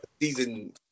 ...season